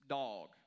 dog